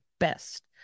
best